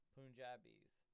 Punjabis